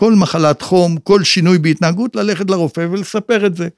כל מחלת חום, כל שינוי בהתנהגות, ללכת לרופא ולספר את זה.